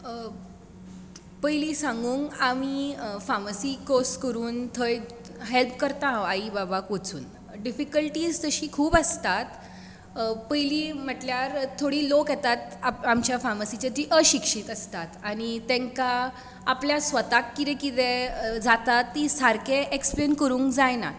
पयलीं सांगून आमी फार्मसी कोर्स करून थंय हॅल्प करतां हांव आई बाबाक वचून डिफीकल्टीज तशीं खूब आसतात पयलीं म्हटल्यार थोडे लोक येतात आमच्या फार्मसींत ती अशिक्षित आसता आनी तांकां आपल्या स्वताक कितें कितें जातात तें सारकें एक्सप्लेन करूंक जायना